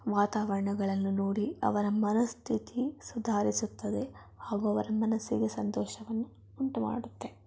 ವಾತಾವರಣಗಳನ್ನು ನೋಡಿ ಅವರ ಮನಸ್ಥಿತಿ ಸುಧಾರಿಸುತ್ತದೆ ಹಾಗೂ ಅವರ ಮನಸ್ಸಿಗೆ ಸಂತೋಷವನ್ನು ಉಂಟುಮಾಡುತ್ತೆ